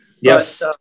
yes